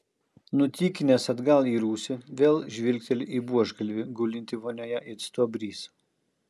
nutykinęs atgal į rūsį vėl žvilgteli į buožgalvį gulintį vonioje it stuobrys